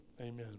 amen